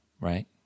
right